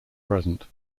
present